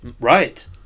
right